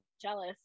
jealous